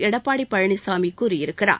எடப்பாடி பழனிசாமி கூறியிருக்கிறார்